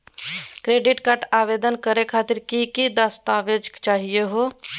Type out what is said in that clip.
Credit card आवेदन करे खातीर कि क दस्तावेज चाहीयो हो?